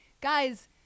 guys